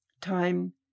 Time